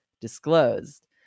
disclosed